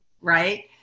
right